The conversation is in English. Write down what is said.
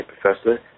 professor